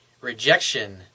rejection